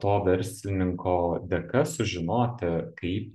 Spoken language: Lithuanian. to verslininko dėka sužinoti kaip